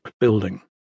building